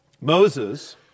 Moses